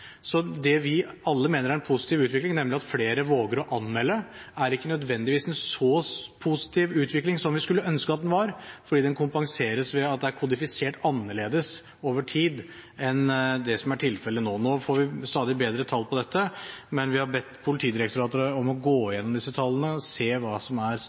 så det vi alle mener er en positiv utvikling, nemlig at flere våger å anmelde, er ikke nødvendigvis en så positiv utvikling som vi skulle ønske at den var, fordi den kompenseres ved at det er kodifisert annerledes over tid enn det som er tilfellet nå. Nå får vi stadig bedre tall på dette, men vi har bedt Politidirektoratet om å gå igjennom disse tallene, se hva som er